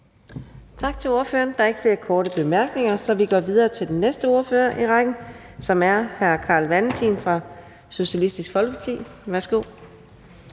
Tak til ordføreren. Der er ikke flere korte bemærkninger, så vi går videre til den næste ordfører i rækken, som er hr. Carl Valentin fra Socialistisk Folkeparti. Værsgo.